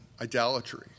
idolatry